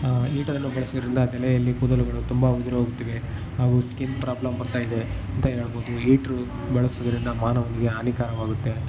ಈಟರನ್ನು ಬಳಸಿದ್ರಿಂದ ತಲೆಯಲ್ಲಿ ಕೂದಲುಗಳು ತುಂಬ ಉದುರಿ ಹೋಗುತ್ತಿವೆ ಅವು ಸ್ಕಿನ್ ಪ್ರಾಬ್ಲಮ್ ಬರ್ತಾ ಇದೆ ಅಂತ ಹೇಳ್ಬೋದು ಈಟ್ರು ಬಳಸುವುದರಿಂದ ಮಾನವನಿಗೆ ಹಾನಿಕರವಾಗುತ್ತೆ